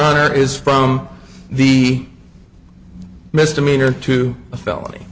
honor is from the misdemeanor to a felony